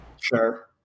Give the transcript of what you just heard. Sure